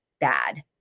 bad